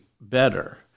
better